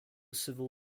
civil